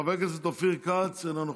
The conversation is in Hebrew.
חבר הכנסת אופיר כץ, אינו נוכח.